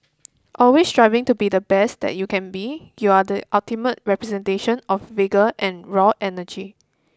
always striving to be the best that you can be you are the ultimate representation of vigour and raw energy